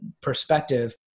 perspective